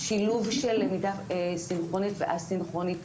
שילוב של למידה סינכרונית וא-סינכרונית,